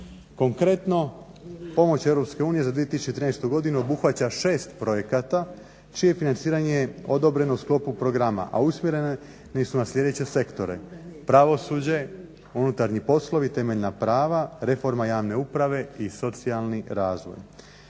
Konkretno, pomoć Europske unije za 2013. godinu obuhvaća šest projekata čije financiranje je odobreno u sklopu programa, a usmjereni su na sljedeće sektore: pravosuđe, unutarnji poslovi, temeljna prava, reforma javne uprave i socijalni razvoj.